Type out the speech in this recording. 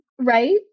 Right